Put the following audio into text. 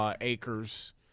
acres